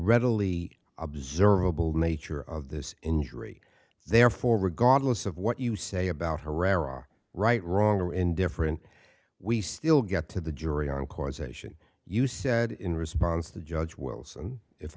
readily observable nature of this injury therefore regardless of what you say about herrera right wrong or indifferent we still get to the jury on causation you said in response to judge wells and if